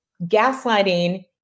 Gaslighting